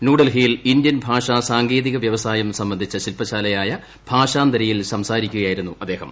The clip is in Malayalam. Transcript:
ന്യൂഡൽഹിയിൽ ഇന്ത്യൻ ഭാഷാ സാങ്കേതിക വൃവസായം സംബന്ധിച്ച ശ്വീൽപ്പശാലയായ ഭാഷാന്തര യിൽ സംസാരിക്കുകയായിരുന്നു അദ്ദേഹം